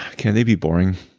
can they be boring?